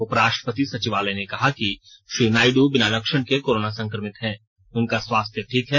उपराष्ट्रपति सचिवालय ने कहा कि श्री नायडू बिना लक्षण के कोरोना संक्रमित हैं और उनका स्वास्थ्य ठीक है